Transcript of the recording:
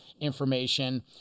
information